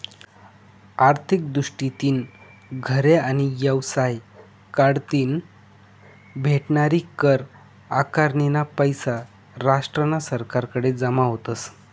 आर्थिक दृष्टीतीन घरे आणि येवसाय कढतीन भेटनारी कर आकारनीना पैसा राष्ट्रना सरकारकडे जमा व्हतस